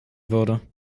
würde